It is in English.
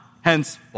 Hence